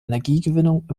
energiegewinnung